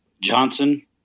Johnson